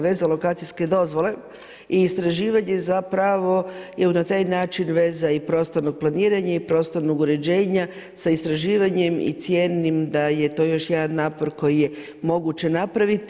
Veza lokacijske dozvole i istraživanje zapravo je na taj način i veza i prostorno planiranje i prostornog uređenja sa istraživanjem i cijenim da je to jedan napor koji je moguće napraviti.